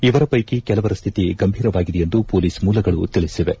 ಇವರ ವೈಕಿ ಕೆಲವರ ಪರಿಸ್ತಿತಿ ಗಂಭೀರವಾಗಿದೆ ಎಂದು ಮೊಲೀಸ್ ಮೂಲಗಳು ತಿಳಿಸಿವೆ